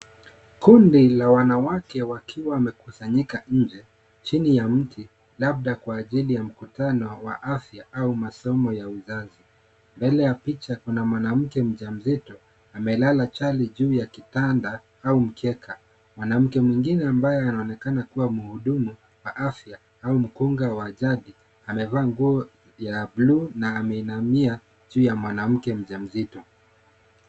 Kundi la wanawake wakiwa wamekusanyika nje, chini ya mti, labda kwa ajili ya mkutano wa afya au masomo ya uzazi. Mbele ya picha kuna mwanamke mjamzito amelala chali juu ya kitanda au mkeka. Mwanamke mwingine ambaye anaonekana kuwa mhudumu wa afya au mkunga wa jadi, amevaa nguo ya bluu na ameinamia juu ya mwanamke mjamzito.